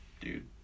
dude